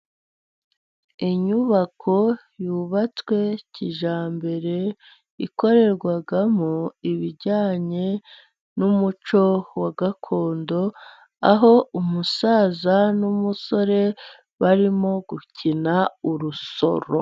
Inyubako yubatswe kijyambere ikorerwamo ibijyanye n'umuco wa gakondo, aho umusaza n'umusore barimo gukina urusoro.